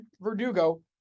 Verdugo